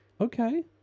Okay